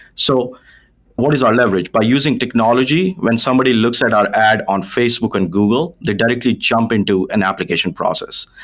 so what is our leverage? by using technology when somebody looks at our ad on facebook and google, they directly jump into an application process.